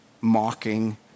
Mocking